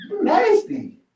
nasty